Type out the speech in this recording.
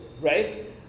right